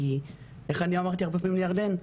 איך אמרתי הרבה פעמים לירדן?